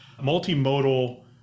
multimodal